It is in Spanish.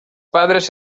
padres